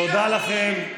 תודה לכם.